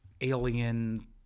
alien